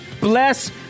bless